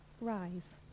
Rise